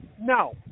no